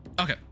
Okay